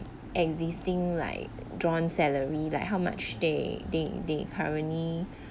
existing like drawn salary like how much they they they currently